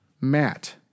Matt